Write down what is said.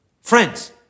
Friends